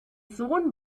sohn